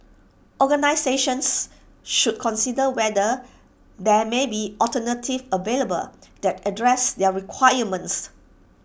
organisations should consider whether there may be alternatives available that address their requirements